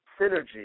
synergy